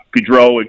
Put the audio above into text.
pedro